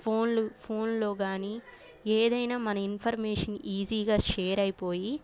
ఫోన్లు ఫోన్లో కానీ ఏదైనా మన ఇన్ఫర్మేషన్ ఈజీగా షేర్ అయిపోయి